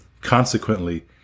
Consequently